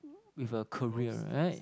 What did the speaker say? with a career right